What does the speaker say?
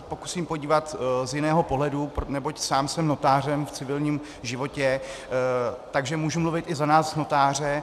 Pokusím se na to podívat z jiného pohledu, neboť sám jsem notářem v civilním životě, takže můžu mluvit i za nás notáře.